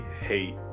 hate